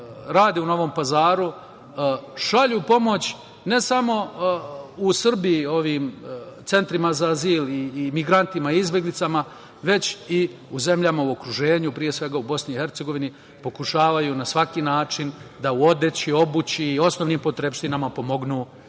rade u Novom Pazaru šalju pomoć ne samo u Srbiji ovim centrima za azil i migrantima i izbeglicama, već i u zemljama u okruženju, pre svega u Bosni i Hercegovini. Pokušavaju na svaki način da u odeći, obući i osnovnim potrepštinama pomognu